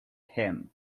him